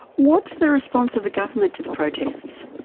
what's the response of the government to the protests?